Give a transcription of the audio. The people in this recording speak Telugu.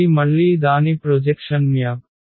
ఇది మళ్ళీ దాని ప్రొజెక్షన్ మ్యాప్